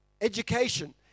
education